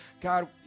God